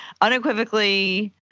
Unequivocally